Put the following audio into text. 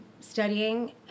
studying